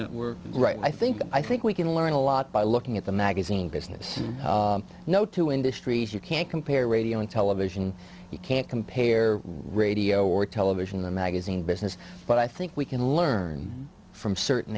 we're right i think i think we can learn a lot by looking at the magazine business no two industries you can't compare radio and television you can't compare radio or television in the magazine business but i think we can learn from certain